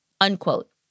unquote